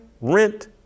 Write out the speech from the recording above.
rent